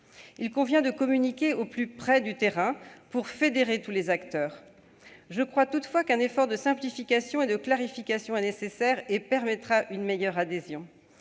Il convient de communiquer au plus près du terrain pour fédérer tous les acteurs. Je pense toutefois qu'un effort de simplification et de clarification est nécessaire et permettra une meilleure adhésion.